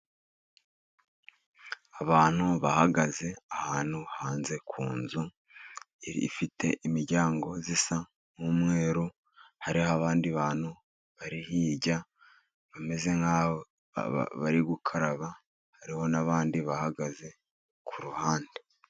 Abantu bahagaze ahantu hanze ku nzu, ifite imiryango isa nk'umweru, hari abandi bantu bari hirya bameze nkaho bari gukaraba, hariho n'abandi bahagaze kuruhande.